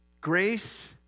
Grace